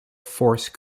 force